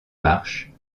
marches